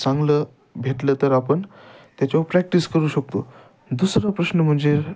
चांगलं भेटलं तर आपण त्याच्यावर प्रॅक्टिस करू शकतो दुसरा प्रश्न म्हणजे